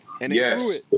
Yes